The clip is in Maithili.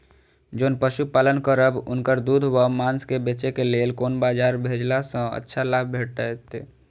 जोन पशु पालन करब उनकर दूध व माँस के बेचे के लेल कोन बाजार भेजला सँ अच्छा लाभ भेटैत?